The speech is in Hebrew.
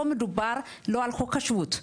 פה מדובר לא על חוק השבות,